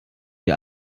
die